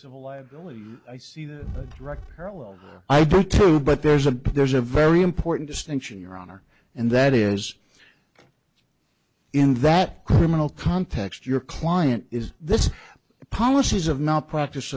civil liability i see the record parallel i do too but there's a there's a very important distinction your honor and that is in that criminal context your client is this policies of not practice